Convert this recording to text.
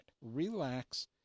relax